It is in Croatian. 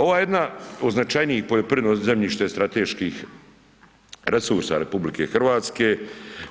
Ovo je jedna od značajnijih poljoprivredno zemljište strateških resursa RH